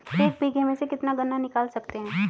एक बीघे में से कितना गन्ना निकाल सकते हैं?